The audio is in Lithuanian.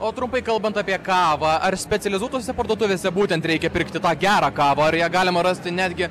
o trumpai kalbant apie kavą ar specializuotose parduotuvėse būtent reikia pirkti tą gerą kavą ar ją galima rasti netgi